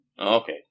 Okay